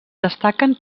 destaquen